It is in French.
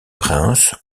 princes